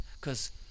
Cause